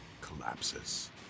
collapses